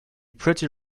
pretty